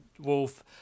wolf